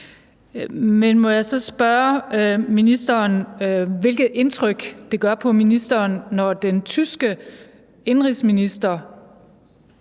Må jeg så spørge ministeren, hvilket indtryk det gør på ministeren, at den tyske indenrigsminister